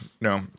no